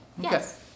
yes